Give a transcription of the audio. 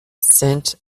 sent